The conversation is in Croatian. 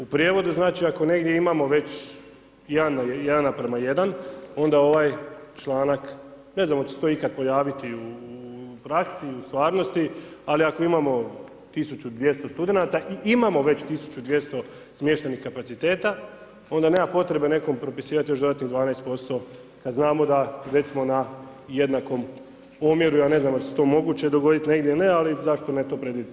U prijevodu znači ako negdje imamo već 1;1 onda ovaj članak, ne znam hoće li ste to ikada pojaviti u praksi, u stvarnosti, ali ako imamo 1200 studenata i imamo već 1200 smještenih kapaciteta, onda nema potrebe nekom propisivati još dodatnih 12% kada znamo da recimo na jednakom omjeru, ja ne znam dal je to moguće dogoditi ili ne, ali zašto ne to predvidjeti.